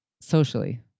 socially